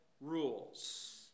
rules